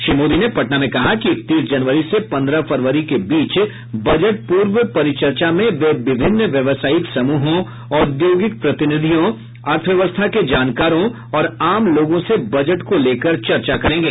श्री मोदी ने कहा कि इकतीस जनवरी से पंद्रह फरवरी के बीच बजट पूर्व परिचर्चा में वे विभिन्न व्यवसायिक समूहों औद्योगिक प्रतिनिधियों अर्थव्यवस्था के जानकारों और आम लोगों से बजट को लेकर चर्चा करेंगे